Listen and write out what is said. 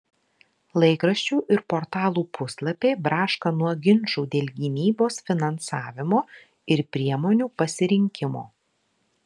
laikraščių ir portalų puslapiai braška nuo ginčų dėl gynybos finansavimo ir priemonių pasirinkimo